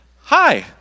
hi